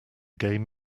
game